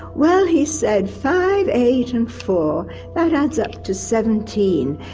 well he said, five. eight and four that adds up to seventeen,